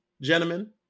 gentlemen